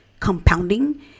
compounding